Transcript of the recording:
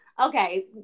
okay